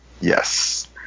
yes